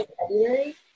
February